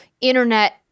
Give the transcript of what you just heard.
internet